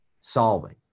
solving